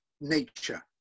nature